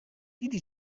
دیدی